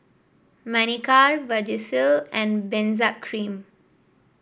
Manicare Vagisil and Benzac Cream